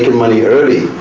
money early.